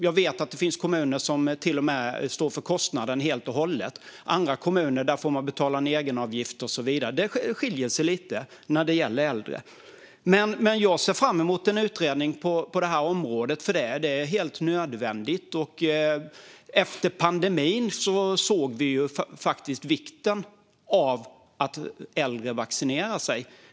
Jag vet att det finns kommuner som till och med står för kostnaden helt och hållet. I andra kommuner får man betala en egenavgift och så vidare. Det skiljer sig lite när det gäller äldre. Jag ser fram emot en utredning på detta område, för det är helt nödvändigt. Efter pandemin såg vi faktiskt vikten av att äldre vaccinerar sig.